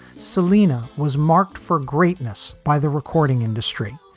selena was marked for greatness by the recording industry.